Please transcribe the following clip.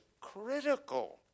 critical